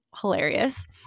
hilarious